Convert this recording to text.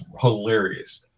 hilarious